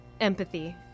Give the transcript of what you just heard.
empathy